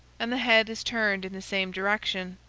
and the head is turned in the same direction.